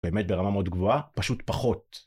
באמת ברמה מאוד גבוהה, פשוט פחות.